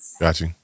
Gotcha